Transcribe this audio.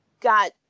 got